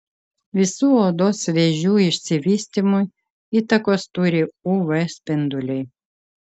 visų odos vėžių išsivystymui įtakos turi uv spinduliai